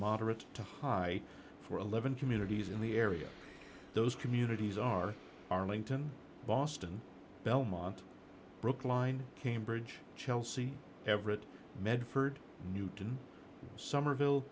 moderate to high for eleven communities in the area those communities are arlington boston belmont brookline cambridge chelsea everett medford newton somerville